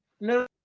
No